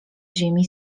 ziemi